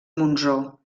monsó